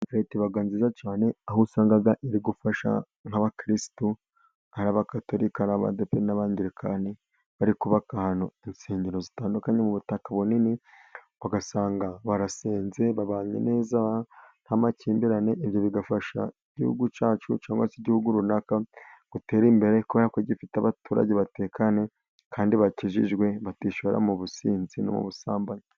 Leta ibaga nziza cyane aho usanga iri gufasha nk'abakirisitu, hari abakatolika, hari abadeperi n'abangirikani bari kubaka ahantu insengero zitandukanye, mu butaka bunini ugasanga barasenze babanye neza nta makimbirane, ibyo bigafasha igihugu cyacu cyangwa igihugu runaka gutera imbere, kubera ko gifite abaturage batekanye kandi bakijijwe, batishora mu businzi no mu busambanyi.